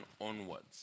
onwards